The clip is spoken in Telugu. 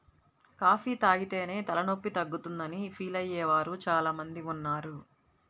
కాఫీ తాగితేనే తలనొప్పి తగ్గుతుందని ఫీల్ అయ్యే వారు చాలా మంది ఉన్నారు